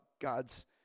God's